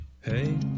Hey